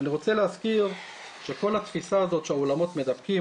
אני רוצה להזכיר שכל התפיסה הזאת שהאולמות מדבקים,